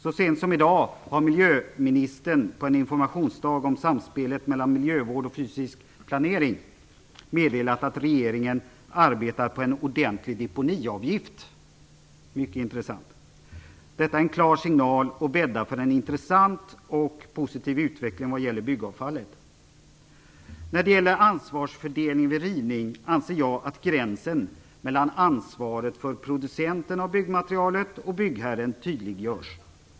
Så sent som i dag har miljöministern på en informationsdag om samspelet mellan miljövård och fysisk planering meddelat att regeringen arbetar på en ordentlig deponiavgift - mycket intressant! Detta är en klar signal och bäddar för en intressant och positiv utveckling vad gäller byggavfallet. När det gäller ansvarsfördelning vid rivning anser jag att gränsen mellan ansvaret för producenten av byggmaterialet och byggherren tydliggörs.